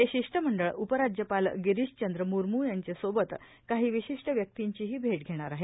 हे शिष्टमंडळ उपराज्यपाल गिरीश चंद्र मुर्मू यांचे सोबतच काही विशिष्ट व्यक्तींची ही भेट घेणार आहेत